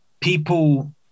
People